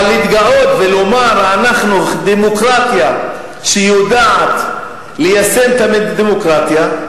אבל להתגאות ולומר: אנחנו דמוקרטיה שיודעת ליישם את הדמוקרטיה,